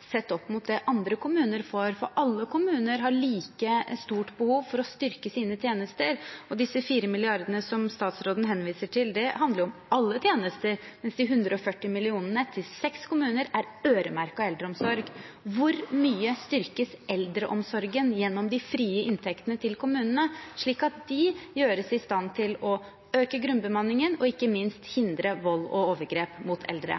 sett opp mot det andre kommuner får – for alle kommuner har like stort behov for å styrke sine tjenester, og de fire milliardene som statsråden henviser til, handler om alle tjenester, mens de 140 millionene til seks kommuner er øremerket eldreomsorg. Hvor mye styrkes eldreomsorgen gjennom de frie inntektene til kommunene, slik at de gjøres i stand til å øke grunnbemanningen og ikke minst hindre vold og overgrep mot eldre?